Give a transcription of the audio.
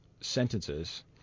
sentences